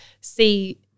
see